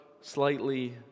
slightly